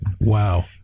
Wow